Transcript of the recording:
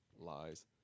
lies